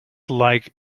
like